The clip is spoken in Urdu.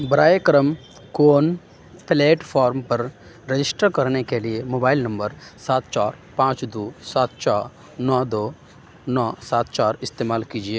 براہ کرم کون پلیٹ فارم پر رجسٹر کرنے کے لیے موبائل نمبر سات چار پانچ دو سات چار نو دو نو سات چار استعمال کیجیے